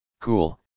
Cool